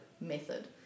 method